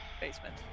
Basement